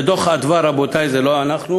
זה דוח "מרכז אדוה", רבותי, זה לא אנחנו,